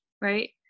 right